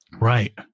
Right